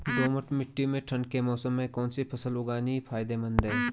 दोमट्ट मिट्टी में ठंड के मौसम में कौन सी फसल उगानी फायदेमंद है?